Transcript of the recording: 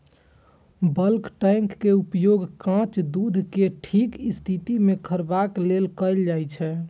bulk tank के उपयोग कांच दूध कें ठीक स्थिति मे रखबाक लेल कैल जाइ छै